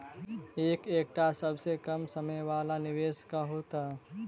Sir एकटा सबसँ कम समय वला निवेश कहु तऽ?